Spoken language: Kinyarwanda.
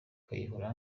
kayihura